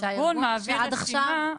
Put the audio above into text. כשהארגון מעביר רשימה,